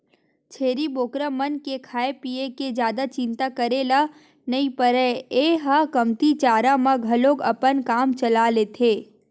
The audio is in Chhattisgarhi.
छेरी बोकरा मन के खाए पिए के जादा चिंता करे ल नइ परय ए ह कमती चारा म घलोक अपन काम चला लेथे